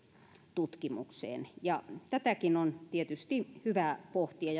tutkimukseen ja tätäkin on tietysti hyvä pohtia